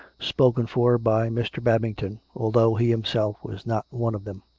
spoken for by mr. bab ington, although he himself was not one of them.